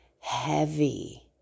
heavy